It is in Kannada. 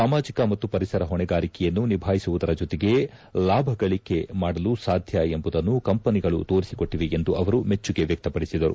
ಸಾಮಾಜಿಕ ಮತ್ತು ಪರಿಸರ ಹೊಣೆಗಾರಿಕೆಯನ್ನು ನಿಭಾಯಿಸುವುದರ ಜೊತೆಗೆ ಲಾಭಗಳಿಕೆ ಮಾಡಲು ಸಾಧ್ಯ ಎಂಬುದನ್ನು ಕಂಪನಿಗಳು ತೊರಿಸಿಕೊಟ್ಟವೆ ಎಂದು ಅವರು ಮೆಚ್ಚುಗೆ ವ್ಯಕ್ತಪಡಿಸಿದರು